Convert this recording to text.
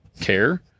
care